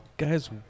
Guy's